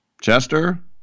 Chester